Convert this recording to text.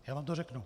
Já vám to řeknu.